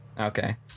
Okay